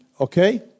okay